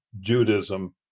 Judaism